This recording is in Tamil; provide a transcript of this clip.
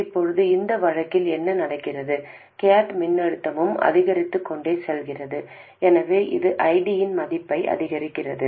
இப்போது அந்த வழக்கில் என்ன நடக்கிறது கேட் மின்னழுத்தமும் அதிகரித்துக்கொண்டே செல்கிறது எனவே இது ஐடியின் மதிப்பை அதிகரிக்கிறது